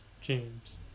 James